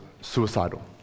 suicidal